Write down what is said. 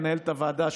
מנהלת הוועדה,